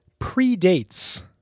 predates